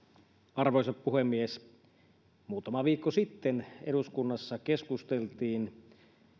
arvoisa puhemies muutama viikko sitten eduskunnassa keskusteltiin